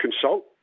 consult